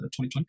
2020